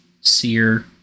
sear